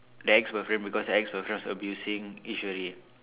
the ex boyfriend because the ex boyfriend was abusing Eswari